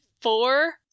four